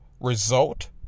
result